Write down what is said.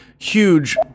huge